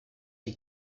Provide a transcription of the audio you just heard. die